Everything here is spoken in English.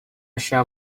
shall